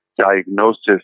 diagnosis